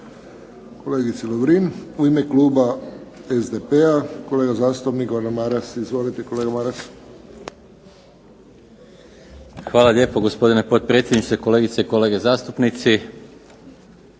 Hvala lijepo gospodine potpredsjedniče, kolegice i kolege zastupnici.